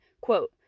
quote